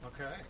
Okay